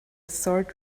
sword